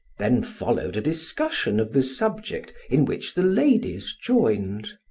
then followed a discussion of the subject in which the ladies joined.